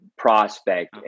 Prospect